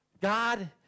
God